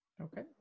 Okay